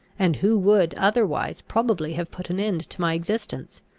and who would otherwise probably have put an end to my existence.